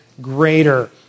greater